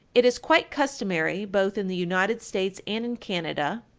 it is quite customary, both in the united states and in canada,